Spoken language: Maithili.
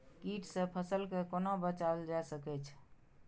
कीट से फसल के कोना बचावल जाय सकैछ?